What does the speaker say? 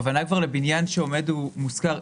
הכוונה כבר לבניין שעומד ומושכר.